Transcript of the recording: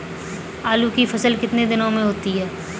आलू की फसल कितने दिनों में होती है?